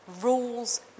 rules